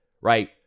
Right